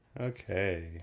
Okay